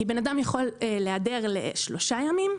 כי אדם יכול להיעדר לשלושה ימים,